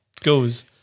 goes